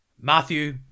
Matthew